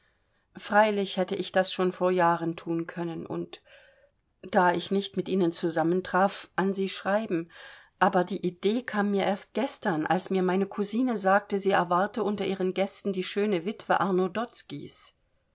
freilich hätte ich das schon vor jahren thun können und da ich nicht mit ihnen zusammentraf an sie schreiben aber die idee kam mir erst gestern als mir meine cousine sagte sie erwarte unter ihren gästen die schöne witwe arno dotzkys